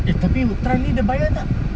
eh tapi trial ini dia bayar tak